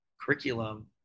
curriculum